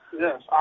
yes